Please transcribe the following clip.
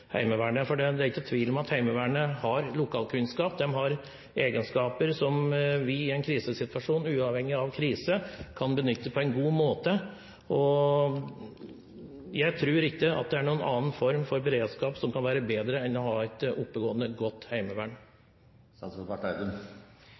Heimevernet. For det er ikke tvil om at Heimevernet har lokalkunnskap, det har egenskaper som vi i en krisesituasjon – uavhengig av krise – kan benytte på en god måte. Jeg tror ikke det er noen annen form for beredskap som kan være bedre enn å ha et oppegående, godt heimevern.